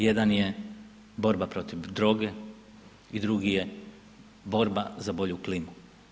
Jedan je borba protiv droge i drugi je borba za bolju klimu.